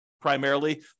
primarily